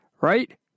right